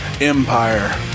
Empire